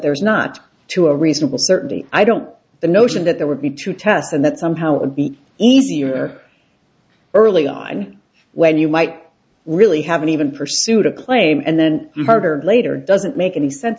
there's not to a reasonable certainty i don't the notion that there would be two tests and that somehow it would be easier early on when you might really haven't even pursued a claim and then harder later doesn't make any sense